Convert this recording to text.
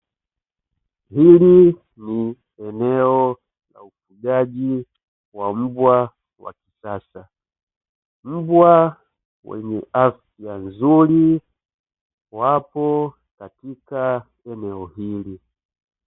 Hili ni eneo la ufugaji wa mbwa wa kisasa, mbwa wenye afya nzuri wapo katika eneo hili.